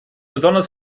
besonders